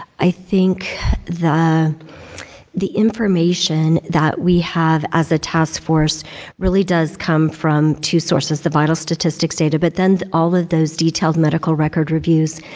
i think the the information that we have as a task force really does come from two sources the vital statistics data but then all of those detailed medical record reviews.